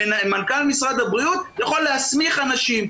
בכך שמנכ"ל משרד הבריאות יכול להסמיך אנשים.